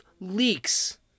leaks